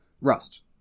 Rust